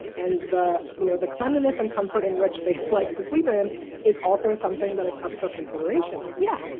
and the you know, the cleanliness and comfort in which they like to sleep in is also something that is up for consideration here. yeah.